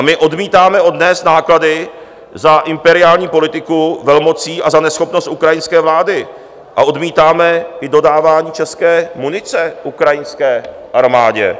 My odmítáme odnést náklady za imperiální politiku velmocí a za neschopnost ukrajinské vlády a odmítáme i dodávání české munice ukrajinské armádě.